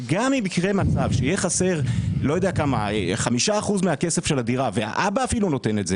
שגם אם יקרה מצב שיהיה חסר 5% מהכסף של הדירה והאבא אפילו נותן את זה